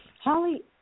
Holly